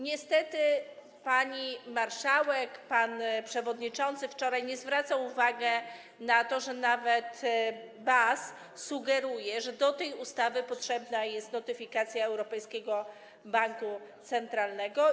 Niestety pani marszałek, pan przewodniczący wczoraj nie zwracał uwagi na to, że nawet BAS sugeruje, że do tej ustawy potrzebna jest notyfikacja Europejskiego Banku Centralnego.